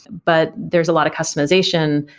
but there's a lot of customization,